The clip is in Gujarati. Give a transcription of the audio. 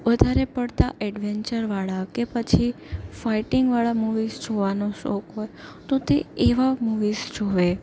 વધારે પડતા એડવેન્ચરવાળાં કે પછી ફાઇટિંગવાળાં મૂવીસ જોવાનો શોખ હોય તો તે એવાં મૂવીસ જોવે